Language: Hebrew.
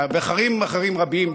ואחרים אחרים רבים.